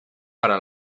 para